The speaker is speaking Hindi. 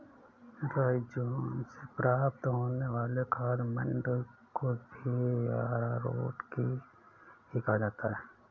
राइज़ोम से प्राप्त होने वाले खाद्य मंड को भी अरारोट ही कहा जाता है